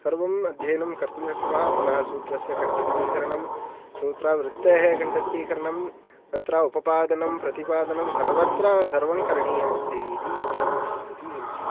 सर्वम् अध्ययनं कर्तुं शक्नुमः पुनः सूत्रस्य कण्ठस्थीकरणं सूत्रावृत्तेः कण्ठस्थीकरणं तत्र उपपादनं प्रतिपादनं सर्वत्र सर्वं करणीयम् अस्ति इति उक्त्वा इति